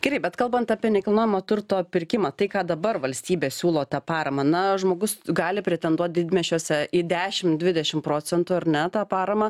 gerai bet kalbant apie nekilnojamo turto pirkimą tai ką dabar valstybė siūlo tą paramą na žmogus gali pretenduot didmiesčiuose į dešim dvidešim procentų ar ne tą paramą